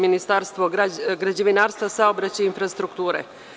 Ministarstvo građevinarstva, saobraćaja i infrastrukture.